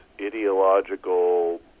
ideological